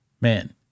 Man